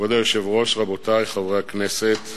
כבוד היושב-ראש, רבותי חברי הכנסת,